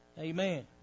Amen